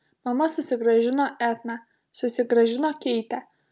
mama susigrąžino etną susigrąžino keitę